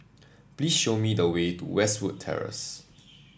please show me the way to Westwood Terrace